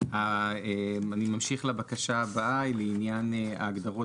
אני ממשיך לבקשה הבאה לעניין ההגדרות,